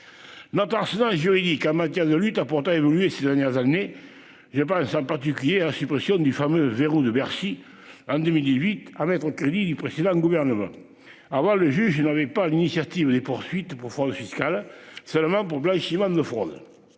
Notenstein juridique en matière de lutte a pourtant évolué ces dernières années. Je pense en particulier à la suppression du fameux verrou de Bercy en 2008, à mettre au crédit du précédent gouvernement. À revoir le juge il n'avait pas l'initiative des poursuites pour hausse fiscale seulement pour blanchiment de fraude.